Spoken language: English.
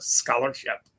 scholarship